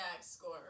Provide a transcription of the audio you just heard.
score